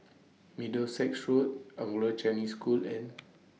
Middlesex Road Anglo Chinese School and